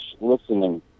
listening